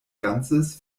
ganzes